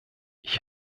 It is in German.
ich